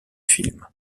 film